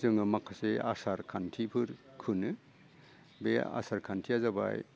जोङो माखासे आसार खान्थिफोर खुनो बे आसार खान्थिआ जाबाय